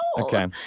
Okay